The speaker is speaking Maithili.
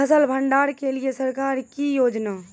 फसल भंडारण के लिए सरकार की योजना?